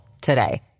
today